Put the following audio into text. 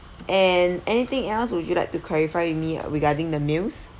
and anything else would you like to clarify me regarding the meals